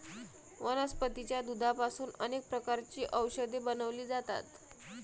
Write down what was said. वनस्पतीच्या दुधापासून अनेक प्रकारची औषधे बनवली जातात